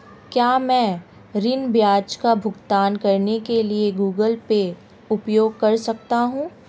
क्या मैं ऋण ब्याज का भुगतान करने के लिए गूगल पे उपयोग कर सकता हूं?